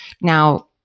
Now